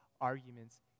arguments